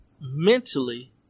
mentally